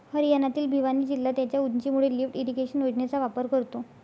हरियाणातील भिवानी जिल्हा त्याच्या उंचीमुळे लिफ्ट इरिगेशन योजनेचा वापर करतो